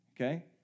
Okay